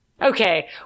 Okay